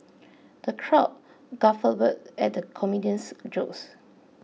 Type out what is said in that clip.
the crowd guffawed at the comedian's jokes